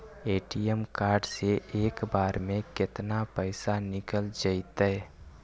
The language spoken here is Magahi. ए.टी.एम कार्ड से एक बार में केतना पैसा निकल जइतै?